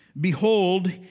Behold